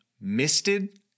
misted